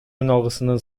үналгысынын